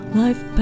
life